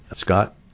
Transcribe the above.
Scott